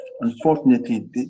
unfortunately